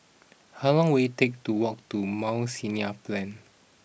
how long will it take to walk to Mount Sinai Plain